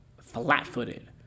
flat-footed